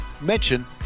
mention